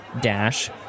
Dash